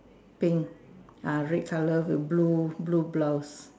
thing ya red colour with blue blue blouse